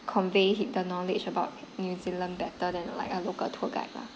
convey hit the knowledge about new zealand better than like a local tour guide lah